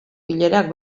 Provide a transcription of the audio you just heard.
bilerak